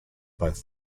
both